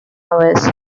hours